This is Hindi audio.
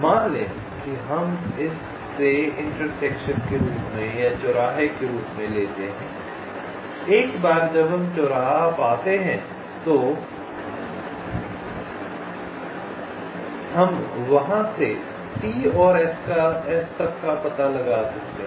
मान लें कि हम इसे चौराहे के रूप में लेते हैं एक बार जब हम चौराहा पाते हैं तो हम वहां से T और S तक का पता लगा सकते हैं